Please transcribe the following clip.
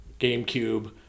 GameCube